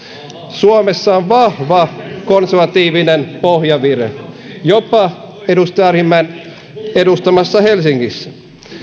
suomessa on vahva konservatiivinen pohjavire jopa edustaja arhinmäen edustamassa helsingissä